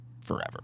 forever